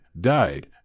died